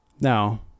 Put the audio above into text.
Now